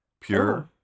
pure